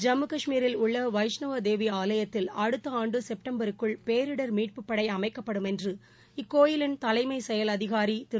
ஜம்மு கஷ்மீரில் உள்ள வைஷ்ணவதேவிஆவயத்தில் அடுத்தஆண்டுசெப்டம்பருக்குள் பேரிடர் மீட்புப்படைஅமைக்கப்படும் என்று இக்கோயிலின் தலைமை செயல் அதிகாிதிரு